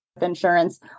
insurance